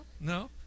no